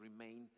remain